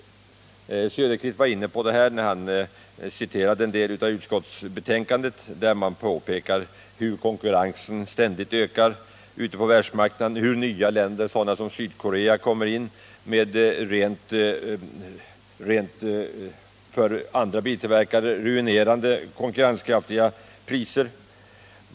Oswald Söderqvist var inne på detta, när han citerade en del ur utskottets betänkande, där det påpekades hur konkurrensen ständigt ökar på världsmarknaden och hur nya länder sådana som Sydkorea kommer in med konkurrenskraftiga och för andra biltillverkare rent ruinerande priser.